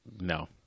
No